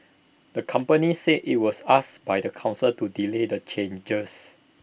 the company said IT was asked by the Council to delay the changes